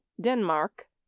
Denmark